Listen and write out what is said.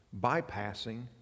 bypassing